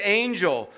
angel